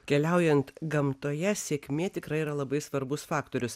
keliaujant gamtoje sėkmė tikrai yra labai svarbus faktorius